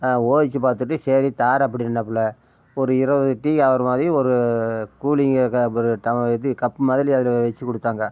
யோசித்து பார்த்துட்டு சரி தாரேன் அப்படின்னாப்புல ஒரு இருபது டீ ஆகிற மாதிரி ஒரு கூலிங்கா சாப்பிட்ற ட இது கப்பு மாதிரி அதில் வெச்சி கொடுத்தாங்க